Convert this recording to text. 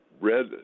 Red